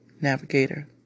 navigator